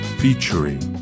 featuring